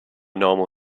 normal